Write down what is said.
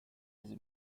his